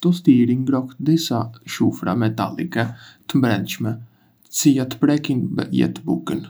Tostieri ngroh disa shufra metalike të brendshme, të cilat prekin lehtë bukën.